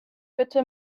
bitte